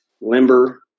limber